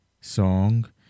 song